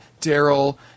Daryl